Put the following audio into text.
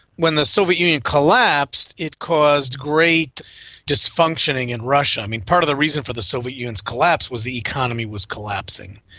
when the soviet union collapsed it caused great dysfunctioning in russia. part of the reason for the soviet union's collapse was the economy was collapsing.